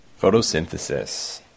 Photosynthesis